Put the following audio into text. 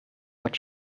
what